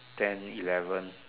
ten eleven